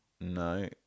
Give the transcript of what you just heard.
No